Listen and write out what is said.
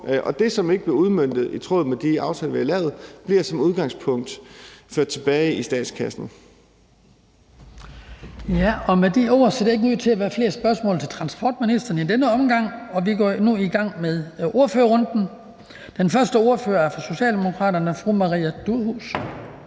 statskassen. Kl. 18:05 Den fg. formand (Hans Kristian Skibby): Og med de ord ser der ikke ud til at være flere spørgsmål til transportministeren i denne omgang, og vi går nu i gang med ordførerrunden. Den første ordfører er fra Socialdemokraterne, fru Maria Durhuus.